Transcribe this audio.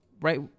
Right